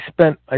spent